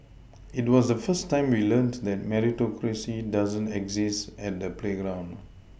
it was the first time we learnt that Meritocracy doesn't exist at the playground